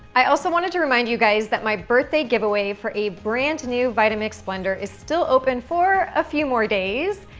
i also wanted to remind you guys that my birthday giveaway for a brand-new vitamix blender is still open for a few more days,